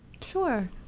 Sure